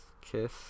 kiss